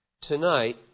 tonight